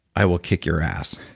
i will kick your ass